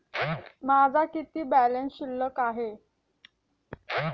माझा किती बॅलन्स शिल्लक आहे?